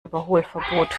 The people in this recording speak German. überholverbot